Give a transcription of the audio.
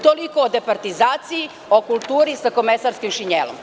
Toliko o departizaciji, o kulturi sa komesarskim šinjelom.